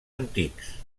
antics